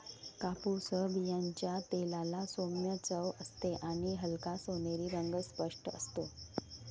कापूस बियांच्या तेलाला सौम्य चव असते आणि हलका सोनेरी रंग स्पष्ट असतो